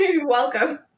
Welcome